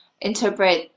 interpret